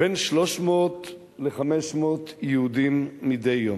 בין 300 ל-500 יהודים מדי יום.